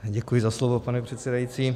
Děkuji za slovo, pane předsedající.